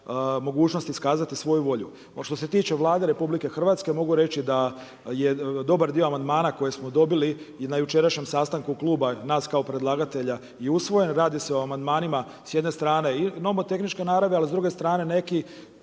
mogućnost iskazati svoju volju. Što se tiče Vlade RH mogu reći da je dobar dio amandmana koje smo dobili na jučerašnjem sastanku kluba, nas kao predlagatelja i usvojen. Radi se o amandmanima s jedne strane i nomotehničke naravi, ali s druge strane neki